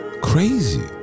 Crazy